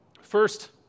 first